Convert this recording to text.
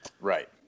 Right